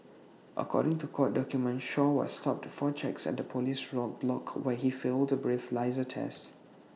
according to court documents Shaw was stopped for checks at A Police roadblock where he failed A breathalyser test